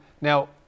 Now